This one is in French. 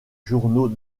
journaux